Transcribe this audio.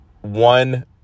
one